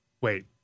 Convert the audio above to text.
Wait